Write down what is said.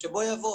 שבוא יבוא,